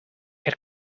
had